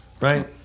right